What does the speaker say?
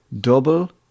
double